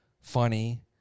funny